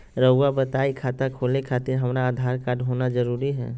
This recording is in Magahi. रउआ बताई खाता खोले खातिर हमरा आधार कार्ड होना जरूरी है?